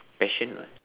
passion [what]